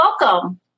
welcome